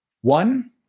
One